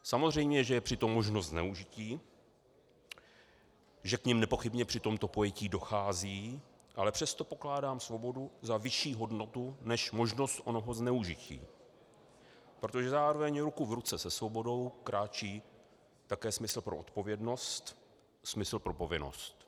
Samozřejmě že je přitom možnost zneužití, že k nim nepochybně při tomto pojetí dochází, ale přesto pokládám svobodu za vyšší hodnotu než možnost onoho zneužití, protože zároveň ruku v ruce se svobodou kráčí také smysl pro odpovědnost, smysl pro povinnost.